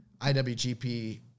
IWGP